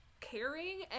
caring